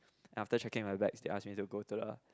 and after checking my bags they asked me to go to the